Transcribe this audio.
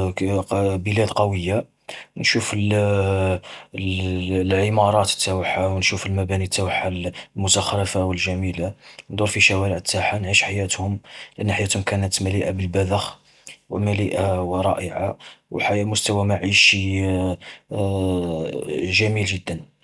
بلاد قوية، نشوف العمارات تاوعها، نشوف المباني تاوعها المزخرفة والجميلة. ندور في شوارع تاعهت نعيش حياتهم، لأن حياتهم كانت مليئة بالبذخ، ومليئة ورائعة، وحياة مستوى معيشي جميل جدا.